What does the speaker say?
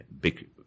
big